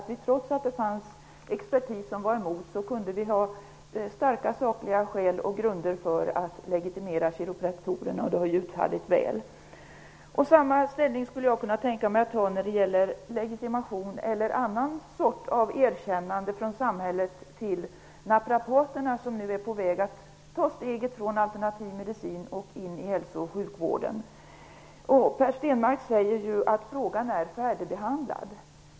Trots att det fanns expertis som var emot hade vi starka sakliga och grunder för att införa legitimation för kiropraktorer, och det var ju utomordentligt väl. Jag skulle kunna tänka mig att ta samma ställning när det gäller legitimering eller annan form av erkännande från samhället i fråga om naprapaterna som nu är på väg att ta steget från alternativ medicin till den traditionella hälso och sjukvården. Per Stenmarck sade att frågan är färdigbehandlad.